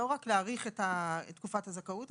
לא רק להאריך את תקופת הזכאות,